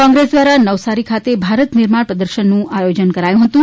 કોંગ્રેસ દ્વારા નવસારી ખાતે ભારત નિર્માણ પ્રદર્શનનું આયોજન કરાયું હતું